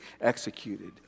executed